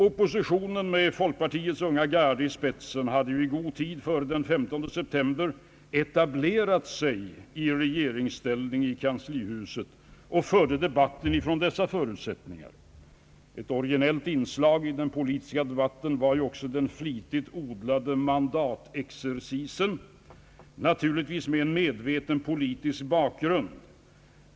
Oppositionen — med folkpartiets unga garde i spetsen — hade i god tid före den 15 september etablerat sig i regeringsställning i kanslihuset och förde debatten från dessa förutsättningar. Ett originellt inslag i den politiska debatten var också den flitigt odlade mandatexercisen, naturligtvis med en medveten politisk bakgrund.